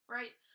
right